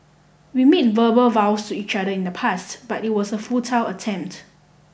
we made verbal vows to each other in the past but it was a futile attempt